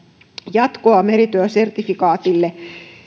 jatkoa merityösertifikaatille